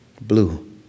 Blue